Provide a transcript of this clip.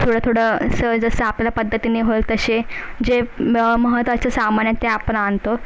थोडं थोडं असं जसं आपल्या पद्धतीने होईल तसे जे मग महत्त्वाचं सामान आहे ते आपण आणतो